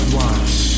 watch